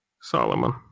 Solomon